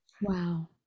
Wow